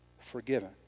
forgiven